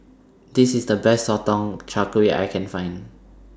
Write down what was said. This IS The Best Sotong Char Kway I Can Find